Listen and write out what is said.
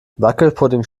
wackelpudding